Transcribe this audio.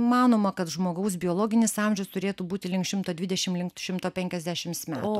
manoma kad žmogaus biologinis amžius turėtų būti link šimto dvidešim link šimto penkiasdešimts metų